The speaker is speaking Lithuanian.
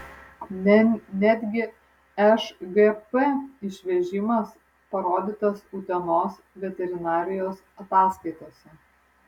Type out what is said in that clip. netgi šgp išvežimas parodytas utenos veterinarijos ataskaitose